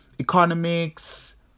economics